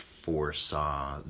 foresaw